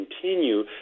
continue